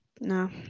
No